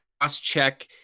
Crosscheck